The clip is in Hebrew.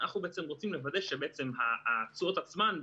אנחנו רוצים לוודא שהתשואות עצמן,